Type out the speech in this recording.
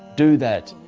do that.